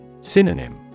Synonym